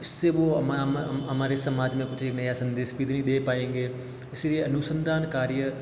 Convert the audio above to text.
इससे वो हमारे समाज में कुछ एक नया संदेश भी नहीं दे पाएंगे इसलिए अनुसंधान कार्य